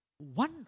One